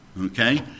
Okay